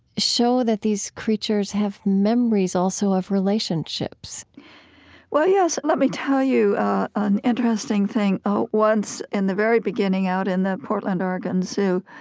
show that these creatures have memories also of relationships well, yes. let me tell you an interesting thing. once, in the very beginning, out in the portland oregon zoo,